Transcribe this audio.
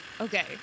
Okay